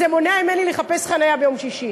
זה מונע ממני לחפש חניה ביום שישי,